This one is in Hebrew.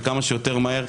וכמה שיותר מהר.